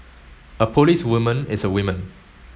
a policewoman is a woman